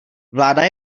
vláda